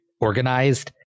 organized